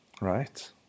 right